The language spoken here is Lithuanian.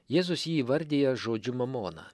jėzus jį įvardija žodžiu mamona